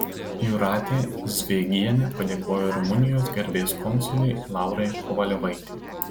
jūratė zvėgienė padėkojo rumunijos garbės konsulei laurai kovaliovaitei